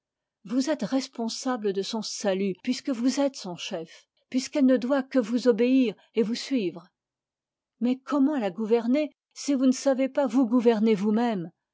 vous êtes responsable de son salut puisque vous êtes son chef puisqu'elle ne doit que vous obéir et vous suivre mais comment la gouverner si vous ne savez pas vous gouverner vous-même